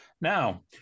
Now